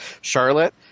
Charlotte